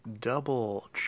double